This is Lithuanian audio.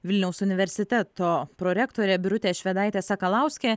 vilniaus universiteto prorektorė birutė švedaitė sakalauskė